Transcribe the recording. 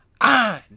on